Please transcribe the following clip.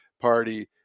party